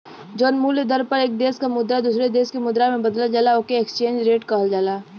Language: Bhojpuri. जौन मूल्य दर पर एक देश क मुद्रा दूसरे देश क मुद्रा से बदलल जाला ओके एक्सचेंज रेट कहल जाला